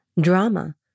Drama